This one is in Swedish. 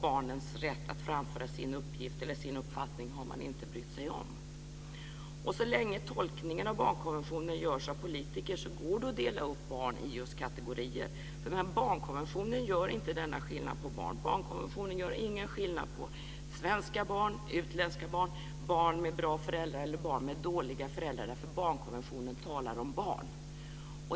Barnens rätt att framföra sin uppfattning har man inte brytt sig om. Så länge tolkningen av barnkonventionen görs av politiker går det att dela upp barn i kategorier. Barnkonventionen gör inte denna skillnad mellan barn. Barnkonventionen gör ingen skillnad mellan svenska barn, utländska barn, barn med bra föräldrar eller barn med dåliga föräldrar, därför att barnkonventionen talar om barn.